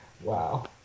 Wow